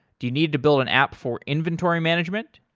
do you need to build an app for inventory management?